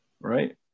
right